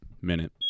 minute